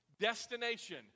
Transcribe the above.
destination